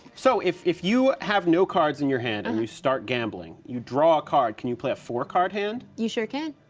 so, if if you have no cards in your hand and you start gambling, you draw a card, can you play a four card hand? you sure can.